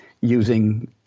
using